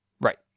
Right